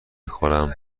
خورم